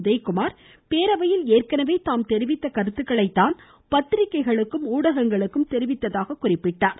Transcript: உதயகுமார் பேரவையில் ஏற்கனவே தாம் தெரிவித்த கருத்துக்களை தான் பத்திரிக்கைகளுக்கும் ஊடகங்களுக்கும் தெரிவித்ததாக கூறினார்